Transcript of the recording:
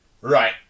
Right